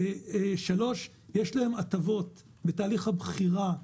יש להם הטבות בתהליך הבחירה.